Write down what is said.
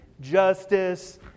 justice